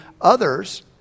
others